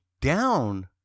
down